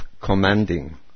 commanding